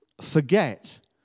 forget